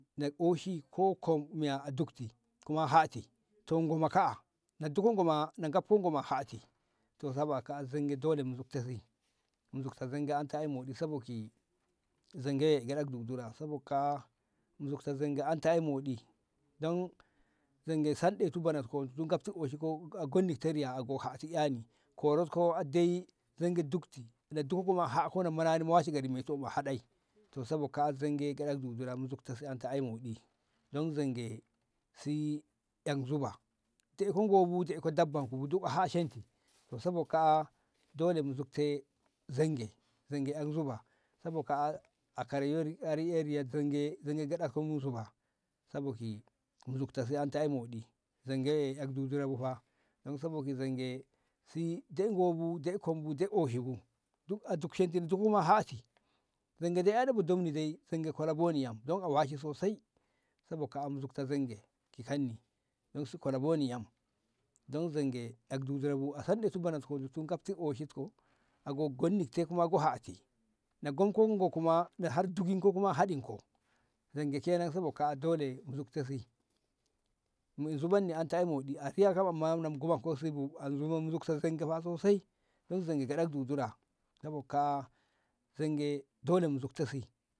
na oshi ko kom miya a dukti kuma hati to ngo ma ka'a na dub ko ngo ma ka'a na gabko ngo hati to sabo ka'a zonge dole mu zubte si mu zubte zonge anta ai moɗi sabo ki zonge gyaɗak dudura sabot kaa'a dan zonge anta ai moɗi dan zonge gyaɗaktu bananko sanɗetu oshinko ndu gabti a goni riya hati ƴani korot ko a daa'i zonge dukti na dukko ma a hako manani bu washe gari a mako a goni haɗayi to sabo ka'a zonge gyaɗakko dudura to sabo ka'a mu zukte si dan zonge si ƴan zuba daiko ngo bu daiko dabba bu duk a hashenti to sabo kaa'a dole mu zukte zonge dan zonge ƴa zuba sabo kaa'a zonge gyaɗat ko musu ba sabo ki ni zukta si ai moɗi dan zonge ƴai yo dudura bu fa dan sabo ki si zonge dai ngo bu dai kom bu oshi bu duk a dushenti duk kuma hati zonge daa'ano bu zonge kola boni yam dan a washi sosai sabo ka'a mu zukto zonge ki kanni dan si kola boni yam dan si zonge a sanɗetu bananko duti gabti oshinko a go gonni ki te kuma gonni hati na gom ngo ma dukinko kuma haɗin ko zonge kenan sabo kaa'a dole mu zukte si mu zubanni anta ai moɗi a riya kam amma na mu gomanko ki si bu a zuban mu amma mu zukte zonge sosai dan zonge gyaɗak dudura nabo ka zonge dole mu zukta si.